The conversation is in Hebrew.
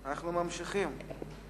אנחנו ממשיכים.